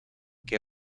que